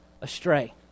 astray